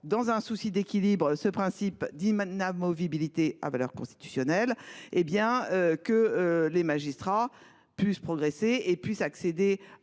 dans un souci d'équilibre. Ce principe dit maintenant movie militer à valeur constitutionnelle et bien que les magistrats puissent progresser et puissent accéder